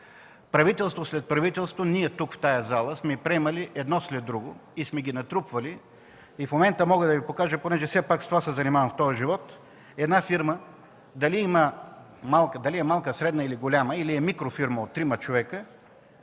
Правителство след правителство ние тук, в тази зала сме приемали и сме натрупвали тези неща. В момента мога да Ви покажа, защото с това се занимавам в този живот, една фирма, дали е малка, средна или голяма или е микрофирма от трима човека,